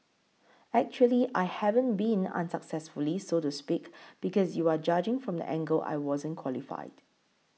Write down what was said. actually I haven't been unsuccessfully so to speak because you are judging from the angle I wasn't qualified